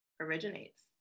originates